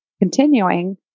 continuing